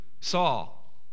Saul